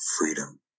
Freedom